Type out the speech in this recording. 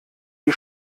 die